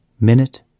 Minute